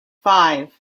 five